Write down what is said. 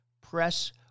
Press